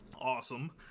Awesome